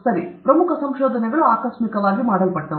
ಸರಿ ಪ್ರಮುಖ ಸಂಶೋಧನೆಗಳು ಆಕಸ್ಮಿಕವಾಗಿ ಮಾಡಲ್ಪಟ್ಟವು